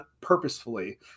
purposefully